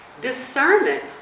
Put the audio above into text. discernment